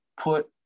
put